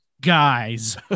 guys